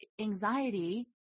anxiety